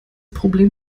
problem